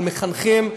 על מחנכים,